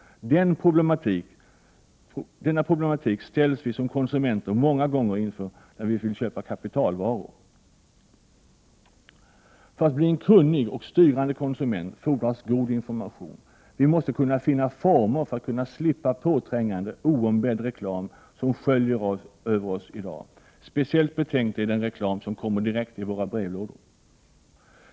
Denna problematik ställs vi som konsumenter många gånger inför när vi skall köpa kapitalvaror. För att man skall bli en kunnig och styrande konsument fordras god information. Vi måste finna former för att kunna slippa påträngande, oombedd reklam som sköljer över oss i dag. Speciellt betänklig är den reklam som kommer direkt i våra brevlådor.